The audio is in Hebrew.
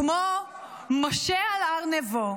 כמו משה על הר נבו,